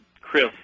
Chris